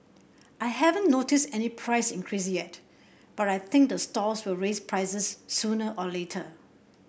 I haven't noticed any price increase yet but I think the stalls will raise prices sooner or later